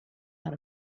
out